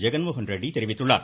ஜெகன் மோகன் ரெட்டி தெரிவித்துள்ளார்